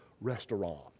restaurant